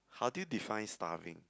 how do you define starving